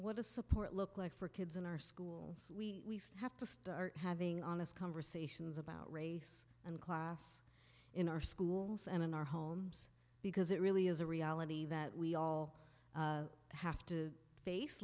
what does support look like for kids in our schools we have to start having honest conversations about race and class in our schools and in our homes because it really is a reality that we all have to face